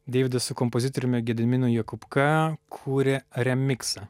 deividas su kompozitoriumi gediminu jakubka kūrė remiksą